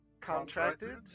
contracted